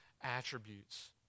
attributes